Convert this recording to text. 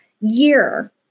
year